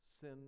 Sin